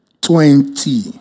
twenty